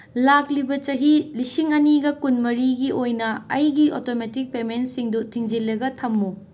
ꯂꯥꯛꯂꯤꯕ ꯆꯍꯤ ꯂꯤꯁꯤꯡ ꯑꯅꯤꯒ ꯀꯨꯟ ꯃꯔꯤꯒꯤ ꯑꯣꯏꯅ ꯑꯩꯒꯤ ꯑꯣꯇꯣꯃꯦꯇꯤꯛ ꯄꯦꯃꯦꯟꯁꯤꯡꯗꯨ ꯊꯤꯡꯖꯤꯜꯂꯒ ꯊꯝꯃꯨ